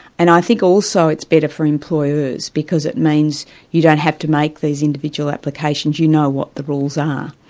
and i think also it's better for employers, because it means you don't have to make these individual applications, you know what the rules are.